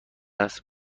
است